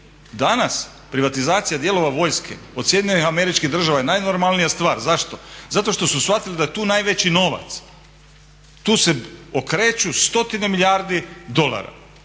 Danas privatizacija dijelova vojske od SAD-a je najnormalnija stvar. Zašto? Zato što su shvatili da je tu najveći novac. Tu se okreću stotine milijardi dolara